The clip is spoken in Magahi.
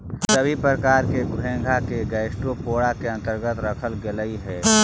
सभी प्रकार के घोंघा को गैस्ट्रोपोडा के अन्तर्गत रखल गेलई हे